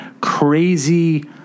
Crazy